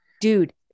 Dude